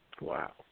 Wow